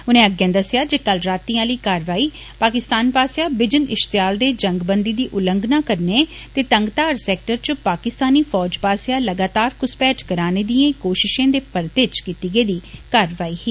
उनें अग्गें दस्सेआ जे कल रातीं आली कारवाई पाकिस्तान पास्सेआ बिजन इश्तेयाल दे जंगबंदी दी उल्लंघना करने ते टंगघार सैक्टर च पाकिस्तानी फौज पास्सेआ लगातार घुसपैठ कराने दिए कोशिशें दे परते च कीती गेदी कारवाई ही